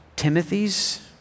Timothy's